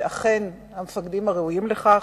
יודעת שאכן המפקדים ראויים לכך?